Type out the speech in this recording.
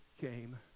Came